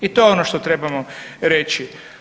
I to je ono što trebamo reći.